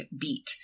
beat